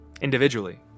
Individually